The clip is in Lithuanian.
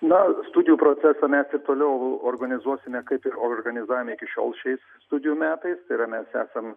na studijų procesą mes ir toliau organizuosime kaip ir organizavome iki šiol šiais studijų metais tai yra mes esam